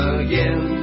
again